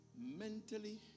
Mentally